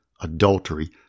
adultery